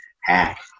hack